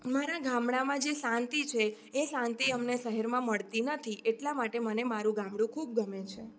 તો મારાં ગામડામાં જે શાંતિ છે એ શાંતિ અમને શહેરમાં મળતી નથી એટલા માટે મને મારું ગામડું ખૂબ ગમે છે